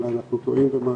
אולי אנחנו טועים במשהו,